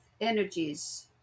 energies